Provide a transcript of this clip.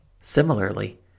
Similarly